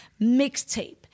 mixtape